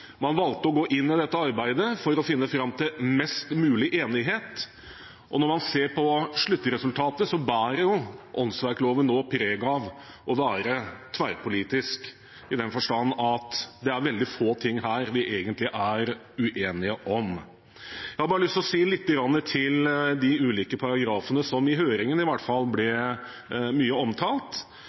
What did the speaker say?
man valgte å gå inn i dette arbeidet for å finne fram til mest mulig enighet. Og når man ser på sluttresultatet, bærer åndsverkloven nå preg av å være tverrpolitisk i den forstand at det er veldig få ting her vi egentlig er uenige om. Jeg har lyst til å si litt om de ulike paragrafene som i høringene i hvert fall ble mye omtalt.